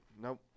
Nope